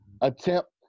attempt